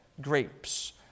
grapes